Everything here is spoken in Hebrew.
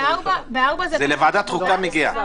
זה מגיע לוועדת החוקה.